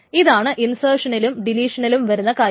അതാണ് ഇൻസേർഷനിലും ഡെലീഷനിലും വരുന്ന കാര്യം